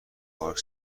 پارک